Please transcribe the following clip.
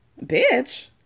bitch